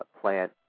plant